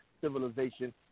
civilization